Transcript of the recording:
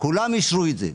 כולם אישרו את זה.